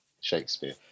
shakespeare